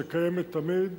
שקיימת תמיד,